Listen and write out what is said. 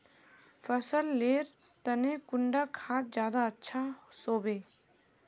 फसल लेर तने कुंडा खाद ज्यादा अच्छा सोबे?